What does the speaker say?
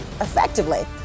effectively